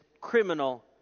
criminal